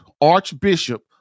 Archbishop